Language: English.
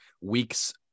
weeks